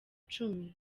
cumi